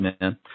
man